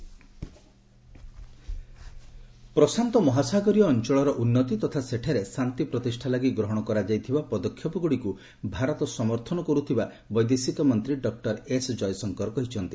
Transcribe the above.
EAM Jaishankar ପ୍ରଶାନ୍ତ ମହାସାଗରୀୟ ଅଞ୍ଚଳର ଉନ୍ନତି ତଥା ସେଠାରେ ଶାନ୍ତି ପ୍ରତିଷ୍ଠା ଲାଗି ଗ୍ରହଣ କରାଯାଇଥିବା ପଦକ୍ଷେପଗୁଡିକୁ ଭାରତ ସମର୍ଥନ କରୁଥିବା ବୈଦେଶିକ ମନ୍ତ୍ରୀ ଡକ୍ଟର ଏସ୍ କୟଶଙ୍କର କହିଛନ୍ତି